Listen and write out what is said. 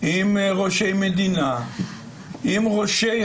עם ראשי מדינה, עם ראשי